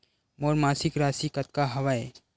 मोर मासिक राशि कतका हवय?